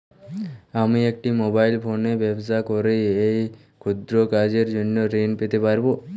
আমি একটি মোবাইল ফোনে ব্যবসা করি এই ক্ষুদ্র কাজের জন্য ঋণ পেতে পারব?